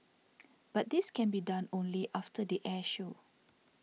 but this can be done only after the air show